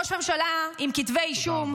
ראש ממשלה עם כתבי אישום,